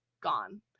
gone